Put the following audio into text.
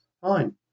fine